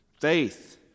Faith